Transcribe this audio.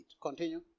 Continue